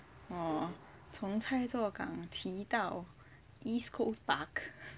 oh 从蔡厝港骑到 east coast park